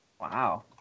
Wow